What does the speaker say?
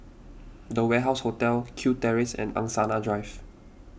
the Warehouse Hotel Kew Terrace and Angsana Drive